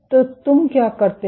तो तुम क्या करते हो